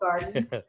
garden